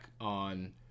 on